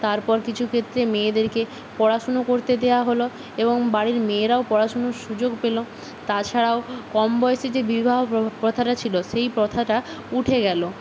তারপর কিছু ক্ষেত্রে মেয়েদেরকে পড়াশুনো করতে দেওয়া হল এবং বাড়ির মেয়েরাও পড়াশুনোর সুযোগ পেল তাছাড়াও কম বয়সে যে বিবাহ প্রথাটা ছিলো সেই প্রথাটা উঠে গেল